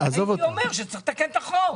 הייתי אומר שצריך לתקן את החוק.